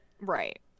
Right